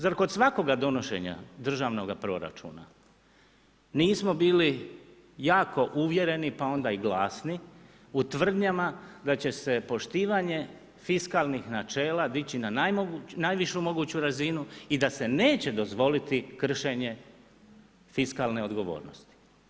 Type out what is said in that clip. Zar kod svakoga donošenja državnog proračuna, nismo bili jako uvjereni, pa onda i glasni u tvrdnjama da će se poštovanje fiskalnih načela dići na najvišu moguću razinu i da se neće dozvoliti kršenje fiskalnih odgovornosti.